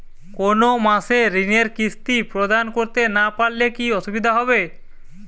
কোনো মাসে ঋণের কিস্তি প্রদান করতে না পারলে কি অসুবিধা হবে?